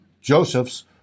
Joseph's